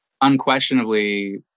unquestionably